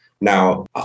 Now